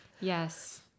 Yes